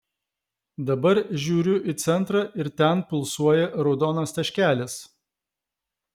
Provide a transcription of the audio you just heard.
dabar žiūriu į centrą ir ten pulsuoja raudonas taškelis